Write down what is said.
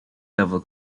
level